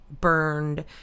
burned